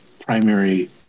primary